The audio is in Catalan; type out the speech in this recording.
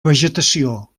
vegetació